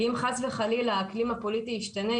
כי אם חס וחלילה האקלים הפוליטי ישתנה,